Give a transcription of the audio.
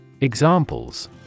Examples